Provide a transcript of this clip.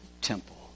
temple